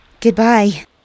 Goodbye